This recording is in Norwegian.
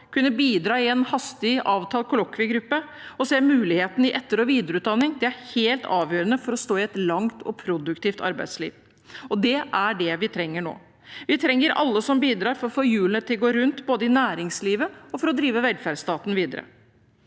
kunne bidra i en hastig avtalt kollokviegruppe og se muligheter i etter- og videreutdanning er helt avgjørende for å stå i et langt, produktivt arbeidsliv. Det er det vi trenger nå – vi trenger alle som bidrar, for få hjulene til å gå rundt, både i næringslivet og for å drive velferdsstaten videre.